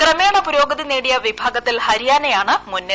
ക്രമേണ പുരോഗതി നേടിയ വിഭാഗത്തിൽ ഹരിയാനയാണ് മുന്നിൽ